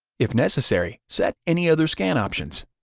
if necessary, set any other scan options.